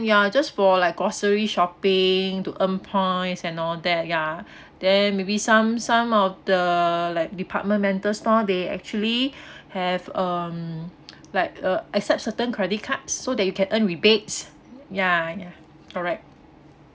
ya just for like grocery shopping to earn points and all that ya then maybe some some of the like departmental store they actually have um like uh accept certain credit card so that you can earn rebates ya ya correct